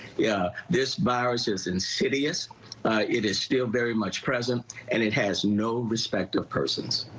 yeah this myers is insidious it is still very much present and it has no respecter of persons.